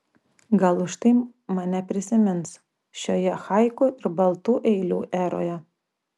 gal už tai mane prisimins šioje haiku ir baltų eilių eroje